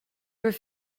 veux